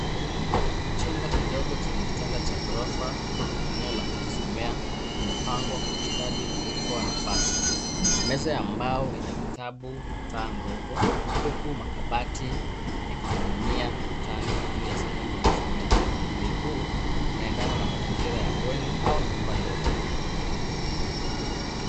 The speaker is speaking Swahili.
Chumba kidogo chenye kitanda cha gorofa na eneo la kujisomea kimepangwa kwa ustadi kuokoa nafasi. Meza ya mbao ina vitabu na taa ndogo, huku makabati yakiningi'nia ukutani juu ya sehemu ya kusomea mpangilio huyu unaendana mazingira ya bweni au nyumba ndogo.